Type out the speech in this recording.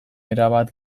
erabat